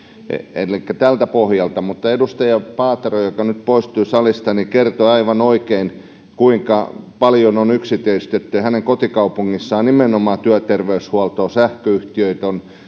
elikkä tältä pohjalta mutta edustaja paatero joka nyt poistui salista kertoi aivan oikein kuinka paljon on yksityistetty hänen kotikaupungissaan nimenomaan työterveyshuoltoa sähköyhtiöitä on